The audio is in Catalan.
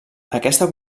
aquesta